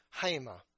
Haima